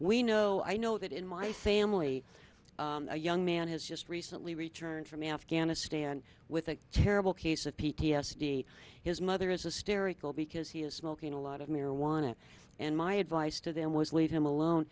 we know i know that in my family a young man has just recently returned from afghanistan with a terrible case of p t s d his mother is a steri cool because he is smoking a lot of marijuana and my advice to them was leave him alone